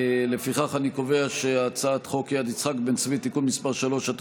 לפיכך אני קובע שהצעת חוק יד יצחק בן-צבי (תיקון מס' 3),